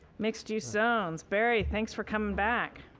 mixed use zones. barry, thanks for coming back.